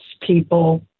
people